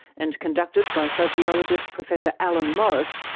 and conducted by sociologist professor alan morris,